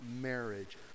marriage